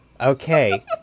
Okay